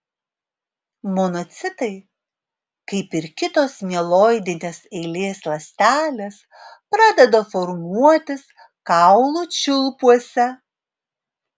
monocitai kaip ir kitos mieloidinės eilės ląstelės pradeda formuotis kaulų čiulpuose